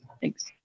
Thanks